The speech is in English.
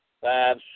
five